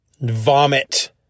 vomit